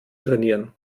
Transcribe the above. trainieren